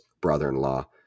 brother-in-law